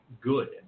good